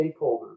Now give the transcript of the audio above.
stakeholders